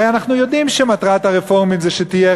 הרי אנחנו יודעים שמטרת הרפורמים זה שתהיה